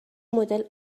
مدل